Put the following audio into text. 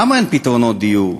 למה אין פתרונות דיור?